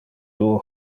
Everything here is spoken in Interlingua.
duo